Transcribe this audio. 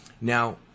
now